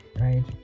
right